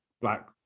black